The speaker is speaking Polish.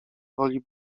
woli